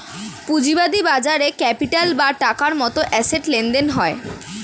পুঁজিবাদী বাজারে ক্যাপিটাল বা টাকার মতন অ্যাসেট লেনদেন হয়